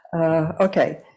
Okay